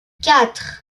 quatre